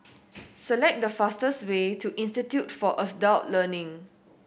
select the fastest way to Institute for Adult Learning